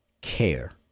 care